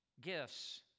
gifts